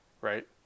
right